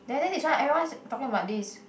there there this one everyone is talking about this